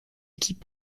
équipes